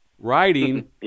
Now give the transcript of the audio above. writing